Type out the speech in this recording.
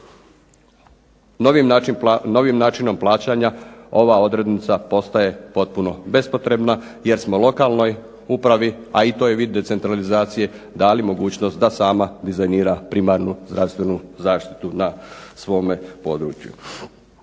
novim načinom plaćanja ova odrednica postaje potpuno bespotrebna jer smo lokalnoj upravi, a i to je vid decentralizacije, dali mogućnost da sama dizajnira primarnu zdravstvenu zaštitu na svome području.